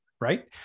right